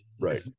right